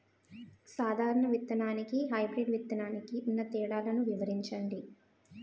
సాధారణ విత్తననికి, హైబ్రిడ్ విత్తనానికి ఉన్న తేడాలను వివరించండి?